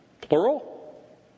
plural